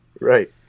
right